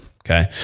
Okay